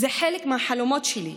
זה חלק מהחלומות שלי.